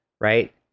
right